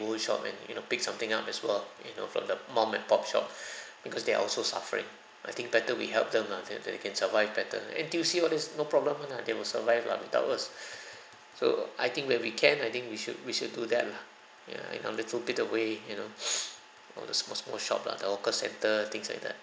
shop and you know pick something up as well you know from the mom and pop shop because they are also suffering I think better we help them lah then then can survive better N_T_U_C all this no problem [one] lah they will survive lah without us so I think where we can I think we should we should do that lah ya in a little bit of way you know all the small small shop lah the hawker centre things like that